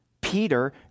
Peter